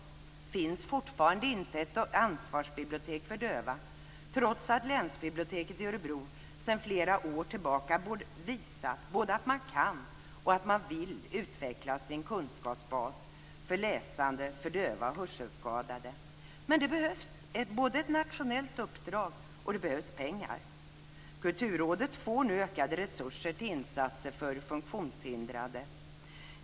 Det finns fortfarande inte ett ansvarsbibliotek för döva, trots att länsbiblioteket i Örebro sedan flera år tillbaka visat att man både vill och kan utvecklas till en kunskapsbas för läsande för döva och hörselskadade. Men det behövs både ett nationellt uppdrag och pengar. Kulturrådet får nu ökade resurser till insatser för funktionshindrade.